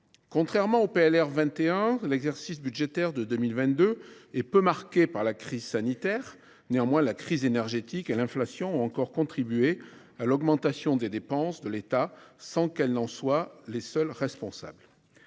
de règlement de l’année 2021, l’exercice budgétaire de 2022 est peu marqué par la crise sanitaire. Néanmoins, la crise énergétique et l’inflation ont encore contribué à l’augmentation des dépenses de l’État sans qu’elles en soient les seules responsables.